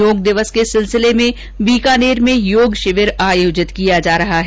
योग दिवस के सिलसिले में बीकानेर में योग शिविर आयोजित किया जा रहा है